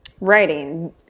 writing